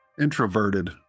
Introverted